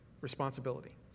responsibility